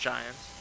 Giants